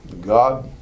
God